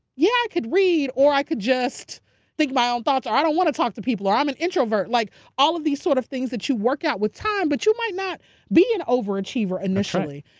yeah, i could read or i could just think my own thoughts or i don't want to talk to people, or i'm an introvert. like all of these sort of things that you work out with time by but you might not be an overachiever initially.